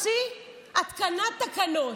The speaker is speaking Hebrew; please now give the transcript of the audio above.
השיא, התקנת תקנות.